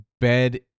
bed